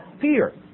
fear